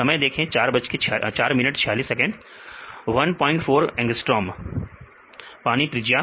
विद्यार्थी प्रॉबिंग के जरिए देखें समय 0446 देखें समय 0446 14 एंगस्ट्रांम पानी त्रिज्या